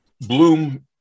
Bloom